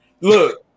Look